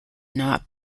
not